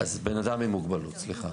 אז בן אדם עם מוגבלות, סליחה.